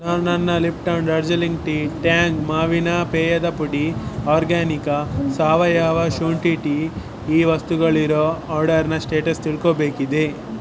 ನಾನು ನನ್ನ Lipton Darjeeling tea Tang ಮಾವಿನ ಪೇಯದ ಪುಡಿ ಆರ್ಗ್ಯಾನಿಕಾ ಸಾವಯವ ಶುಂಠಿ ಟೀ ಈ ವಸ್ತುಗಳಿರೋ ಆರ್ಡರ್ನ ಸ್ಟೇಟಸ್ ತಿಳ್ಕೋಬೇಕಿದೆ